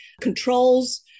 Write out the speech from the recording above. controls